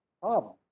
Problem